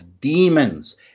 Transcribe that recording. demons